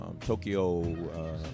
Tokyo